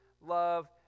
love